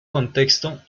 contexto